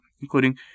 including